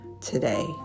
today